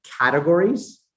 categories